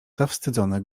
zawstydzony